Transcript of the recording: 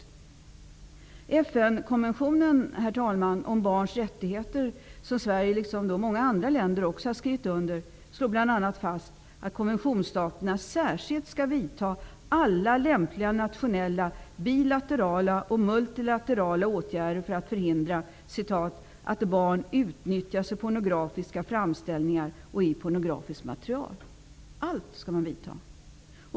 Herr talman, i FN-konventionen om barns rättigheter, vilken Sverige liksom många andra länder skrivit under, slås bl.a. fast att konventionsstaterna särskilt skall vidta alla lämpliga nationella, bilaterala och multilaterala åtgärder för att förhindra att barn utnyttjas i pornografiska framställningar och i pornografiskt material. Allt detta skall man vidta.